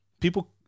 people